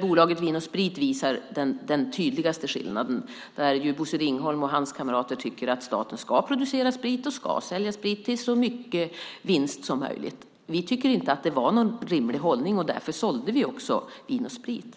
Bolaget Vin & Sprit visar den tydligaste skillnaden. Bosse Ringholm och hans kamrater tycker att staten ska producera och sälja sprit med så stor vinst som möjligt. Vi tyckte inte att det var en rimlig hållning, och därför sålde vi Vin & Sprit.